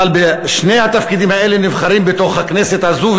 אבל שני התפקידים האלה נבחרים בתוך הכנסת הזאת,